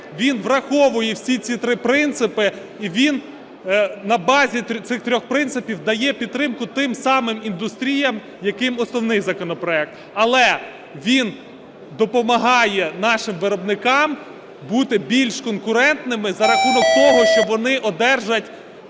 він враховує всі ці три принципи, і він на базі цих трьох принципів дає підтримку тим самим індустріям, як і основний законопроект. Але він допомагає нашим виробникам бути більш конкурентними за рахунок того, що вони одержать